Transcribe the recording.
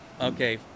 okay